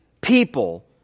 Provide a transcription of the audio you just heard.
people